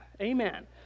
Amen